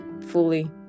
fully